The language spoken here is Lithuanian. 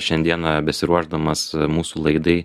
šiandieną besiruošdamas mūsų laidai